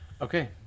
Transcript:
Okay